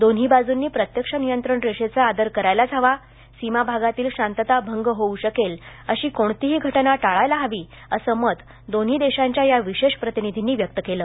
दोन्ही बाजूंनी प्रत्यक्ष नियंत्रण रेषेचा आदर करायलाच हवा सीमा भागातील शांतता भंग होऊ शकेल अशी कोणतीही घटना टाळायला हवी अस मत दोन्ही देशांच्या या विशेष प्रतिनिधींनी व्यक्त केलं